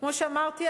כמו שאמרתי,